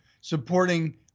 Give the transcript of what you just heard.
supporting